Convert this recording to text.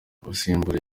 abasimbura